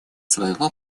своего